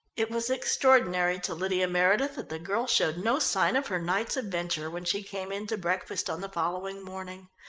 it was extraordinary to lydia meredith that the girl showed no sign of her night's adventure when she came in to breakfast on the following morning.